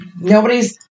nobody's